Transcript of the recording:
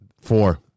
Four